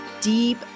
deep